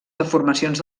deformacions